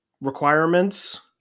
requirements